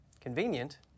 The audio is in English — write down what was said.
convenient